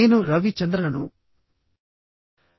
నేను రవి చంద్రన్ మీకు ఐఐటి కాన్పూర్ నుండి కోర్సు ఇస్తున్నాను